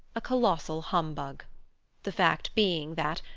a colossal humbug the fact being that,